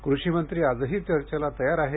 कृषीमंत्री आजही चर्चेला तयार आहेत